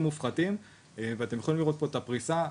מופחתים ואתם יכולים לראות פה את הפריסה.